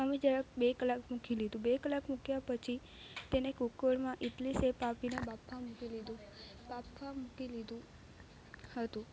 અમે જરાક બે કલાક મૂકી લીધું બે કલાક મૂક્યા પછી તેને કુકરમાં ઈડલી સેપ આપીને બાફવા મૂકી લીધું બાફવા મૂકી લીધું હતું